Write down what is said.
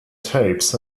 tapes